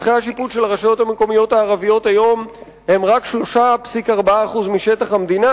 שטחי השיפוט של הרשויות המקומיות הערביות היום הן רק 3.4% משטח המדינה,